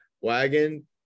wagon